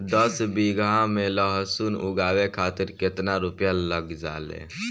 दस बीघा में लहसुन उगावे खातिर केतना रुपया लग जाले?